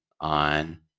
on